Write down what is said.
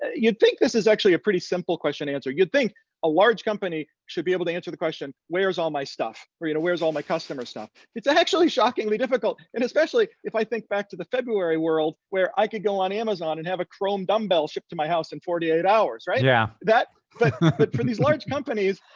you'd think this is actually a pretty simple question to answer. you'd think a large company should be able to answer the question, where's all my stuff? or you know where's all my customer's stuff? it's actually shockingly difficult. and especially if i think back to the february world where i could go on amazon and have a chrome dumbbell shipped to my house in forty eight hours, right? yeah. but for these large companies,